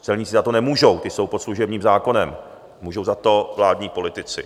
Ti celníci za to nemůžou, ti jsou pod služebním zákonem, můžou za to vládní politici.